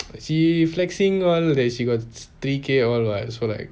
she flexing all that she got thirty K all what so like